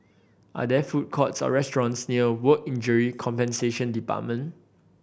are there food courts or restaurants near Work Injury Compensation Department